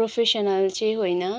professional चाहिँ होइन